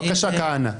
בבקשה, כהנא.